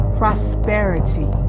prosperity